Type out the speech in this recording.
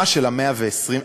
מי תהיה המעצמה של המאה ה-21,